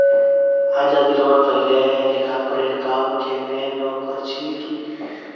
आज़ादीरोर पहले लेखांकनेर काम केन न कर छिल की